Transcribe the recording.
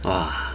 !wah!